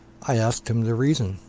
i asked him the reason